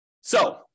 So-